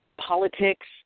politics